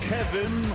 Kevin